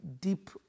deep